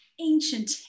ancient